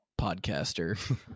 podcaster